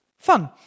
Fun